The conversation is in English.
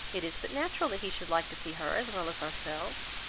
it is but natural that he should like to see her as well as ourselves.